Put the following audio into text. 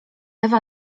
ewa